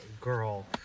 girl